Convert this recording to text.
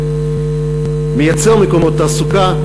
מייצר מקומות תעסוקה,